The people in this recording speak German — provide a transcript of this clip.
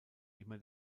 immer